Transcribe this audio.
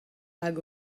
hag